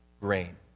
grain